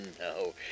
no